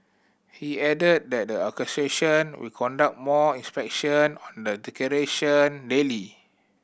he added that the association will conduct more inspection on the decoration daily